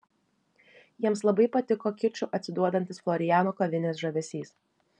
jiems labai patiko kiču atsiduodantis floriano kavinės žavesys